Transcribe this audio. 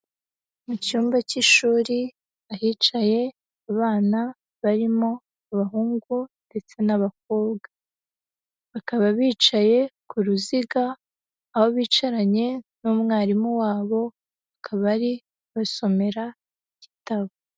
Mu cyumba cy'ishuri ahicaye abana barimo abahungu, ndetse n'abakobwa bakaba bicaye ku ruziga, bakaba bicaranye n'umwarimu wabo, akaba ari kubasomera igitabo.